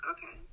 Okay